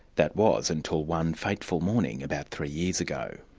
that was, until one fateful morning about three years ago.